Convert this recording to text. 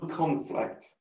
conflict